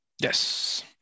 Yes